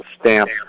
stamp